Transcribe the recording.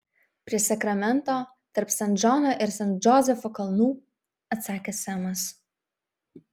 prie sakramento tarp san džono ir san džozefo kalnų atsakė semas